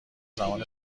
زمان